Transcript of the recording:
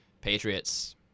Patriots